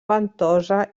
ventosa